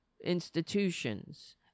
institutions